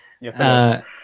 Yes